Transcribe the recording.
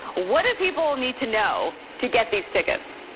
what do people need to know to get these tickets?